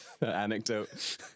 anecdote